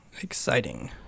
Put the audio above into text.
Exciting